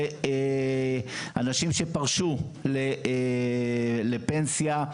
זה אנשים שפרשו לפנסיה,